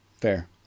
Fair